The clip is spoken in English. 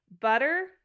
Butter